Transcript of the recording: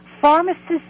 pharmacists